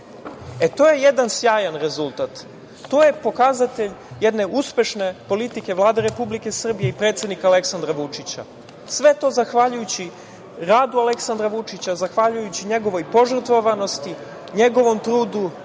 je jedan sjajan rezultat. To je pokazatelj jedne uspešne politike Vlade Republike Srbije i predsednika Aleksandra Vučića, sve to zahvaljujući radu Aleksandra Vučića, zahvaljujući njegovoj požrtvovanosti, njegovom trudu,